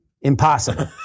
impossible